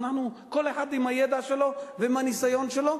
כל אחד עם הידע שלו ועם הניסיון שלו,